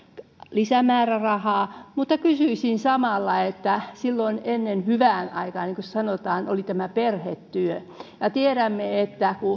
lisämäärärahaa mutta kysyisin samalla kun silloin ennen hyvään aikaan niin kuin sanotaan oli tämä perhetyö ja tiedämme että kun